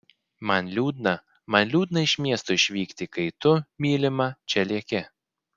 man liūdna man liūdna iš miesto išvykti kai tu mylima čia lieki